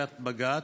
בפסיקת בג"ץ,